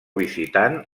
visitant